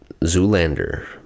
zoolander